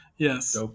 Yes